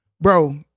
Bro